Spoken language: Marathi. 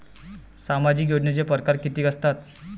सामाजिक योजनेचे परकार कितीक असतात?